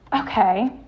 Okay